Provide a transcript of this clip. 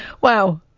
Wow